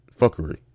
fuckery